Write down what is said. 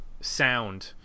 sound